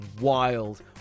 wild